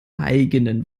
eigenen